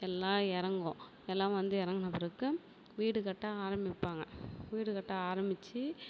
எல்லாம் இறங்கும் எல்லாம் வந்து இறங்குன பிறகு வீடு கட்ட ஆரம்பிப்பாங்க வீடு கட்ட ஆரம்பிச்சு